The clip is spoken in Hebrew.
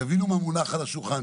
תבינו מה מונח על השולחן,